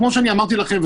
כמו שאמרתי לכם,